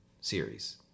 series